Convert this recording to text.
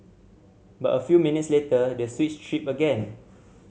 but a few minutes later the switch tripped again